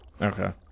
Okay